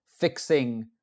fixing